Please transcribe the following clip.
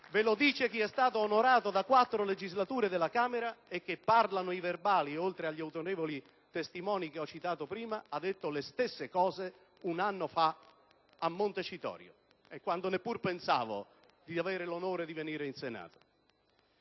Ve lo dice chi è stato onorato dalla partecipazione a quattro legislature della Camera e che - parlano i verbali, oltre agli autorevoli testimoni che ho citato prima - ha detto le stesse cose un anno fa a Montecitorio, quando neppure pensava di avere l'onore di venire in Senato.